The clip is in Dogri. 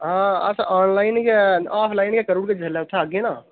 हां अस आनलाइन गै आफलाइन गै करी ओड़गे जिसलै उत्थै औगे ना